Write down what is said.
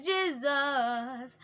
Jesus